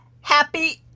Happy